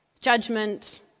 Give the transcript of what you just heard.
Judgment